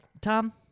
Tom